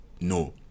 no